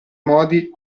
modi